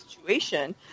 situation